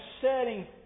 setting